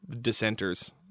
dissenters